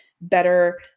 better